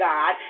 God